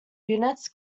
units